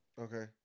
Okay